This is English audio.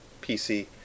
PC